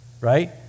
right